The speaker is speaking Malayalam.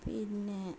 പിന്നെ